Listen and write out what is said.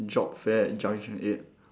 job fair at junction eight